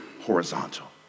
horizontal